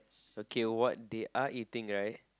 okay what they are eating right